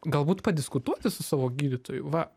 galbūt padiskutuoti su savo gydytoju va